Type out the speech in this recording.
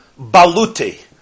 Baluti